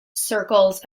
circles